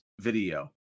video